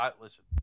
listen